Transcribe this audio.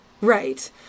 Right